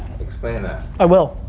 explain that. i will,